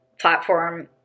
platform